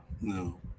no